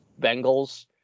Bengals